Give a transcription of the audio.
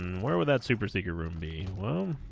and where would that super secret room beam whoa i'm